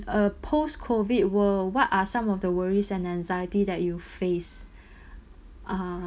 a post-COVID world what are some of the worries and anxiety that you face